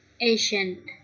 Asian